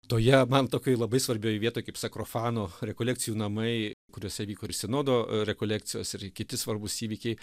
toje man tokioj labai svarbioj vietoj kaip sakrofano rekolekcijų namai kuriuose vyko ir sinodo rekolekcijos ir kiti svarbūs įvykiai